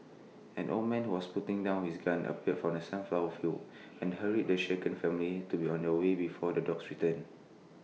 an old man who was putting down his gun appeared from the sunflower fields and hurried the shaken family to be on their way before the dogs return